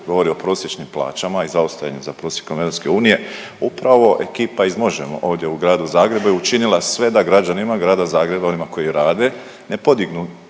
Govori o prosječnim plaćama i zaostajanju za prosjekom EU. Upravo ekipa iz MOŽEMO ovdje u gradu Zagrebu je učinila sve da građanima grada Zagreba, onima koji rade ne podignu